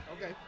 Okay